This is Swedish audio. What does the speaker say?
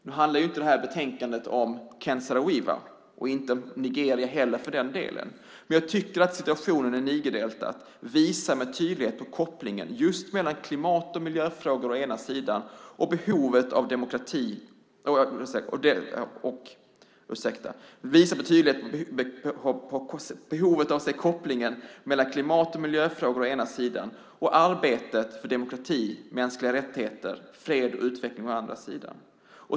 Nu handlar inte det här betänkandet om Ken Saro-Wiwa och inte om Nigeria heller för den delen. Men jag tycker att situationen i Nigerdeltat med tydlighet visar på behovet av att se kopplingen mellan klimat och miljöfrågor å ena sidan och arbetet för demokrati, mänskliga rättigheter, fred och utveckling å andra sidan.